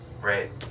Right